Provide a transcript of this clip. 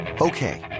Okay